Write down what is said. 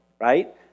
Right